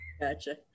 Gotcha